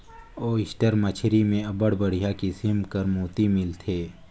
oyster मछरी में अब्बड़ बड़िहा किसिम कर मोती मिलथे